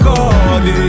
God